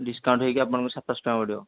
discount ହୋଇକି ଆପଣଙ୍କ ସାତଶହ ଟଙ୍କା ପଡ଼ିବ